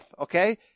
okay